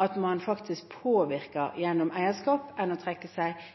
at man faktisk påvirker gjennom eierskap heller enn at man trekker seg